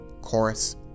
chorus